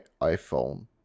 iPhone